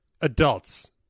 adults